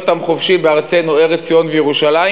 עם חופשי בארצנו ארץ ציון וירושלים",